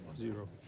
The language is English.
Zero